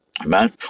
Amen